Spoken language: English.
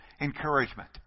encouragement